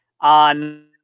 on